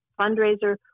fundraiser